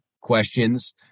Questions